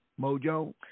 Mojo